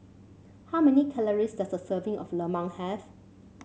how many calories does a serving of lemang have